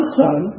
son